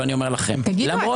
ואני אומר לכם -- תגידו,